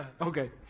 Okay